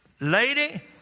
lady